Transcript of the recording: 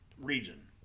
region